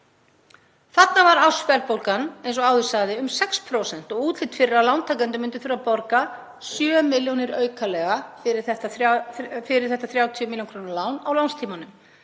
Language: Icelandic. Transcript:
Þarna var ársverðbólgan, eins og áður sagði, um 6% og útlit fyrir að lántakendur myndu þurfa að borga 7 milljónir aukalega fyrir þetta 30 milljóna lán á lánstímanum,